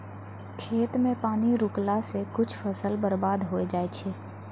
खेत मे पानी रुकला से कुछ फसल बर्बाद होय जाय छै